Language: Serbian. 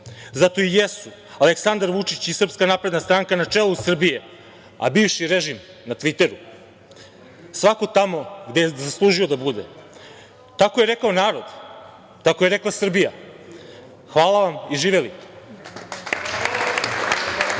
Zato i jesu Aleksandar Vučić i SNS na čelu Srbije, a bivši režim na tviteru. Svako je tamo gde je zaslužio da bude. Tako je rekao narod, tako je rekla Srbija. Hvala vam i živeli!